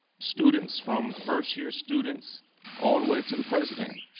students, from first year students all the way to the president.